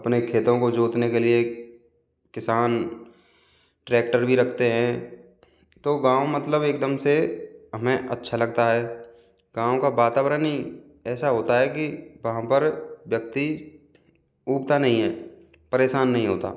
अपने खेतों को जोतने के लिए किसान ट्रेक्टर भी रखते हैं तो गाँव मतलब एकदम से हमें अच्छा लगता है गाँव का वातावरण ही ऐसा होता है कि वहाँ पर व्यक्ति ऊबता नहीं हैं परेशान नहीं होता